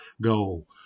goal